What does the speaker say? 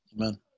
Amen